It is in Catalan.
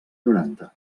noranta